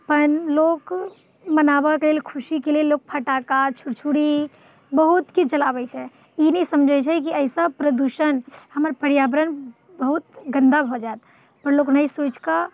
अपन लोक मनाबऽ के लेल खुशीके लेल लोक फटाका छुरछुरी बहुत किछु जलाबैत छै ई नहि समझैत छै कि एहिसँ प्रदूषण हमर पर्यावरण बहुत गन्दा भऽ जायत पर लोक नहि सोचि कऽ